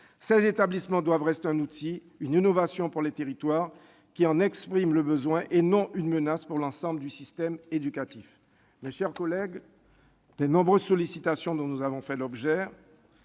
Ces établissements doivent rester un outil, une innovation pour les territoires qui en expriment le besoin, et non une menace pour l'ensemble du système éducatif. Mes chers collègues- les nombreuses sollicitations dont nous avons fait l'objet